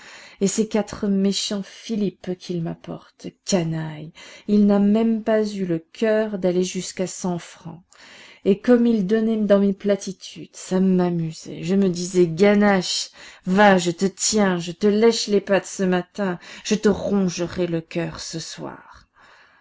et ces quatre méchants philippes qu'il m'apporte canaille il n'a même pas eu le coeur d'aller jusqu'à cent francs et comme il donnait dans mes platitudes ça m'amusait je me disais ganache va je te tiens je te lèche les pattes ce matin je te rongerai le coeur ce soir